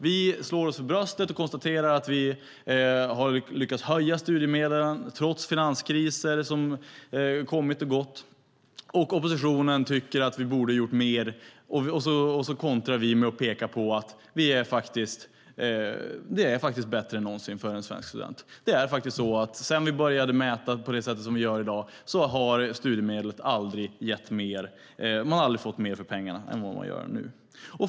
Vi slår oss för bröstet och konstaterar att vi har lyckats höja studiemedlen trots finanskriser som har kommit och gått, medan oppositionen tycker att vi borde ha gjort mer. Så kontrar vi med att peka på att det faktiskt är bättre än någonsin för en svensk student. Sedan vi började mäta på det sätt vi gör i dag har studiemedlet aldrig gett mer. Man har aldrig fått mer för pengarna än nu.